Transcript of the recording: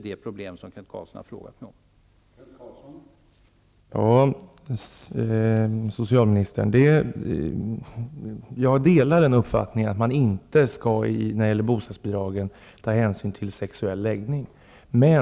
det problem som Kent Carlsson har frågat mig om, skall tas upp till prövning.